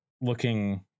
Looking